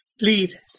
lead